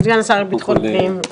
תודה.